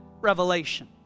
revelation